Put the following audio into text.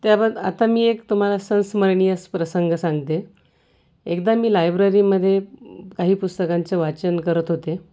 त्यात आता मी एक तुम्हाला संस्मरणीय प्रसंग सांगते एकदा मी लायब्ररीमध्ये काही पुस्तकांचं वाचन करत होते